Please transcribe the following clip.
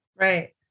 Right